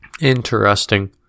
Interesting